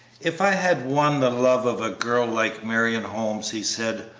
if i had won the love of a girl like marion holmes, he said,